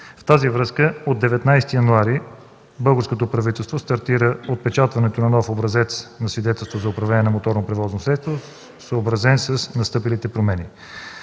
с това от 19 януари 2013 г. българското правителство стартира отпечатването на нов образец на свидетелство за управление на моторно превозно средство, съобразен с настъпилите промени.